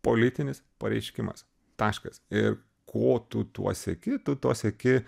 politinis pareiškimas taškas ir ko tu tuo sieki tu tuo sieki